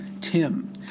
Tim